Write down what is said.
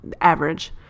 average